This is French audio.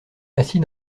assis